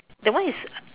that one is